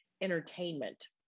entertainment